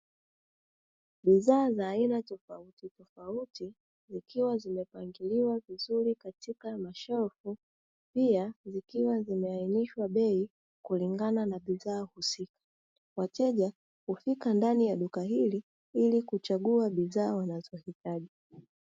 Bidhaa za aina tofautitofauti zikiwa zimepangiliwa vizuri katika mashelfu, pia zikiwa zimeainishwa bei kulingana na bidhaa husika, wateja hufika ndani ya duka hili ili kuchagua bidhaa wanazohitaji.